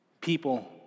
People